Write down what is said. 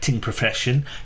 profession